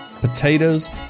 potatoes